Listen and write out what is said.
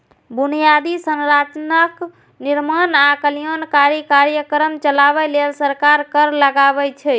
बुनियादी संरचनाक निर्माण आ कल्याणकारी कार्यक्रम चलाबै लेल सरकार कर लगाबै छै